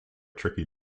tricky